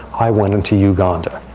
i went into uganda.